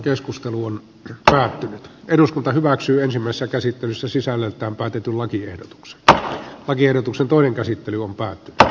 keskustelu on että eduskunta hyväksyy ensimmäistä käsittelyssä sisällöltään päätetyn lakiehdotuksen että lakiehdotuksen toinen käsittely on paha tyttö